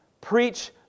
Preach